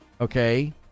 okay